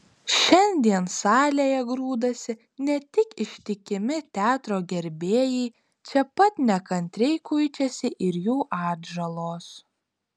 šiandien salėje grūdasi ne tik ištikimi teatro gerbėjai čia pat nekantriai kuičiasi ir jų atžalos